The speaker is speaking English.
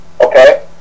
okay